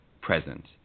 present